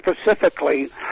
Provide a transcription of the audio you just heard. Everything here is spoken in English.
specifically